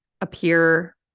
appear